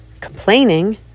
complaining